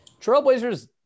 Trailblazers